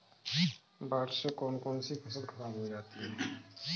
बाढ़ से कौन कौन सी फसल खराब हो जाती है?